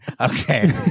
Okay